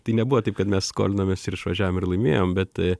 tai nebuvo taip kad mes skolinomės ir išvažiavom ir laimėjom bet